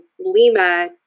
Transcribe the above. Lima